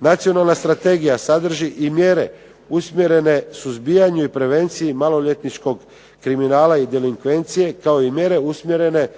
Nacionalna strategija sadrži i mjere usmjerene suzbijanju i prevenciji maloljetničkog kriminala i delikvencije kao i mjere usmjerene